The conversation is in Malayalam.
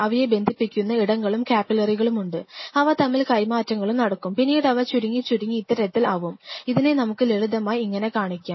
അവയെ ബന്ധിപ്പിക്കുന്ന ഇടങ്ങളും ക്യാപില്ലറികളുമുണ്ട് അവ തമ്മിൽ കൈമാറ്റങ്ങളും നടക്കും പിന്നീടവ ചുരുങ്ങിച്ചുരുങ്ങി ഇത്തരത്തിൽ ആവും ഇതിനെ നമുക്ക് ലളിതമായി ഇങ്ങനെ കാണിക്കാം